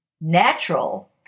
Natural